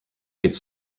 its